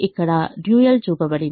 ఇక్కడ డ్యూయల్ చూపబడింది